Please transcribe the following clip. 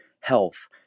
health